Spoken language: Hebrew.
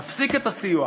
נפסיק את הסיוע.